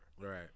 Right